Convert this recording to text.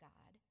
God